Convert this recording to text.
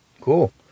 Cool